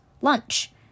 Lunch